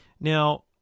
Now